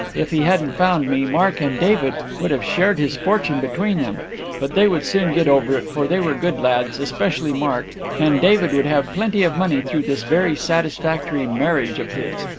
if he hadn't found me, mark and david would have shared his fortune between them but they would soon get over it, for they were good lads, especially mark and david would have plenty of money through this very satisfactory marriage of his.